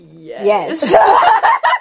Yes